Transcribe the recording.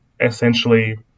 essentially